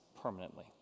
permanently